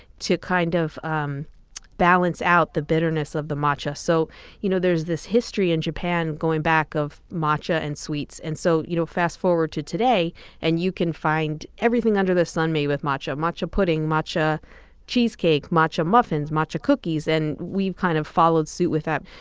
to kind of um balance out the bitterness of the matcha. so you know there's this history in japan going back of matcha and sweets and so you know fast-forward to today and you can find everything under the sun made with matcha matcha pudding, matcha cheesecake, matcha muffins, matcha cookies. and we've kind of followed suit with that.